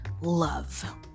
love